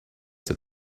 that